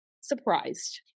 surprised